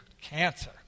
Cancer